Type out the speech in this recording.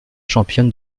championne